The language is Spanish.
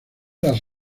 las